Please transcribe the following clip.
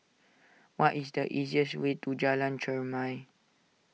what is the easiest way to Jalan Cherma